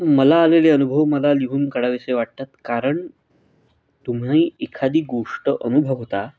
मला आलेले अनुभव मला लिहून काढावेसे वाटतात कारण तुम्ही एखादी गोष्ट अनुभवता